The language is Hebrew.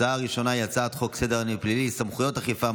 ההצעה הראשונה היא הצעת חוק סדר הדין הפלילי (סמכויות אכיפה,